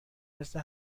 مثل